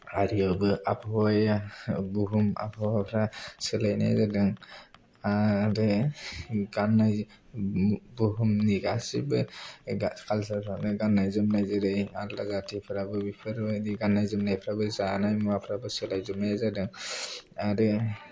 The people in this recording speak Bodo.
आरियावबो आबहावाया बुहुम आबहावाफ्रा सोलायनाय जादों आरो बे गान्नाय बुहुमनि गासैबो काल्सारानो गान्नाय जोमनाय जेरै आलादा जाथिफोराबो बेफोरबादि गान्नाय जोमनायफ्राबो जानाय मुवाफ्राबो सोलायजोबनाय जादों आरो